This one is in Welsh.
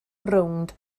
rownd